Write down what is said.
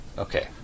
Okay